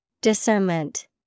Discernment